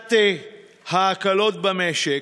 תחילת ההקלות במשק,